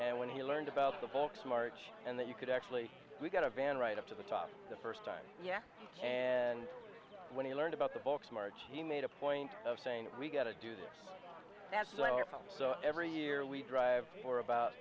and when he learned about the bolts march and that you could actually we got a van right up to the top of the first time and when he learned about the box march he made a point of saying we got to do this so every year we drive for about